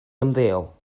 ymddeol